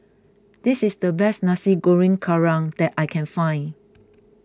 this is the best Nasi Goreng Kerang that I can find